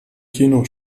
kino